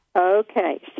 Okay